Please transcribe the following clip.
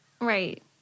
Right